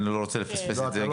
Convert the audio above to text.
אני לא רוצה לפספס את זה.